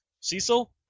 Cecil